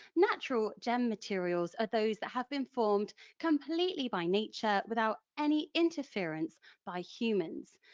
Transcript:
natural gem materials are those that have been formed completely by nature without any interference by humans,